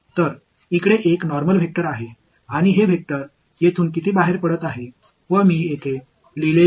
எனவே இங்கே ஒரு சாதாரண வெக்டர் உள்ளது மற்றும் வெக்டர் அது இங்கிருந்து எவ்வளவு வெளியே செல்கிறது